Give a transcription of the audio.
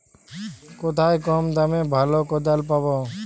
কোথায় কম দামে ভালো কোদাল পাব?